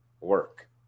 work